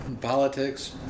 politics